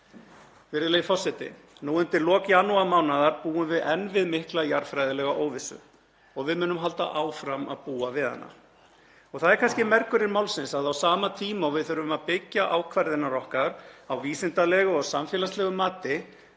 Virðulegi forseti. Nú undir lok janúarmánaðar búum við enn við mikla jarðfræðilega óvissu og við munum halda áfram að búa við hana. Það er kannski mergurinn málsins að á sama tíma og við þurfum að byggja ákvarðanir okkar á vísindalegu og samfélagslegu mati